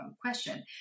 question